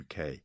UK